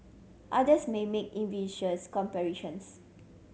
others may make comparisons